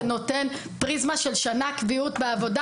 זה נותן פריזמה של שנה קביעות בעבודה.